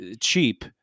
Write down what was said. cheap